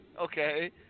Okay